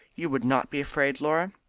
you would not be afraid, laura?